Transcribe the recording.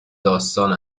داستان